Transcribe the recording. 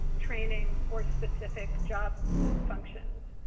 training, or specific job functions.